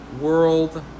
World